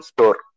Store